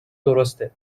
درسته